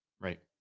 Right